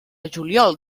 juliol